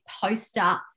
poster